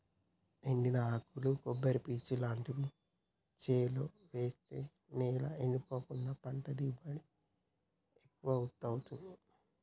ఎండిన ఆకులు కొబ్బరి పీచు లాంటివి చేలో వేస్తె నేల ఎండిపోకుండా పంట దిగుబడి ఎక్కువొత్తదీ